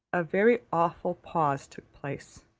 a very awful pause took place.